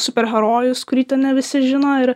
superherojus kurį ten ne visi žino ir